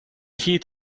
heat